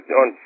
on